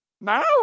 Now